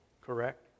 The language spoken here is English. Correct